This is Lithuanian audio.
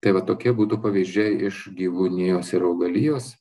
tai va tokie būtų pavyzdžiai iš gyvūnijos ir augalijos